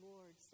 Lord